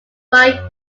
five